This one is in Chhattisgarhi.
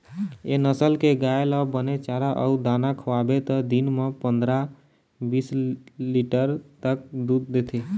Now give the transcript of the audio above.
ए नसल के गाय ल बने चारा अउ दाना खवाबे त दिन म पंदरा, बीस लीटर तक दूद देथे